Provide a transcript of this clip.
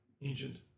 Ancient